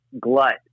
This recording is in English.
glut